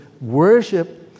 worship